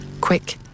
quick